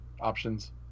options